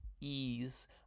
ease